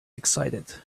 excited